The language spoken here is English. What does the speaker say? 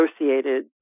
associated